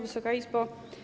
Wysoka Izbo!